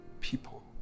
people